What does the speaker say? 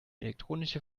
elektronische